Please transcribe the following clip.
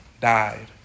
died